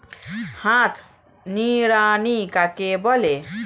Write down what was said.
হাত নিড়ানি কাকে বলে?